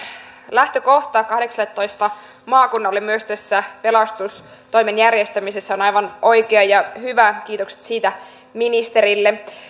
lähtökohta kahdeksalletoista maakunnalle myös pelastustoimen järjestämisessä on aivan oikea ja hyvä kiitokset siitä ministerille